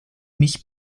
mich